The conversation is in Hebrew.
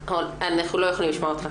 אנחנו לא יכולים לשמוע אותך.